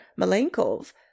Malenkov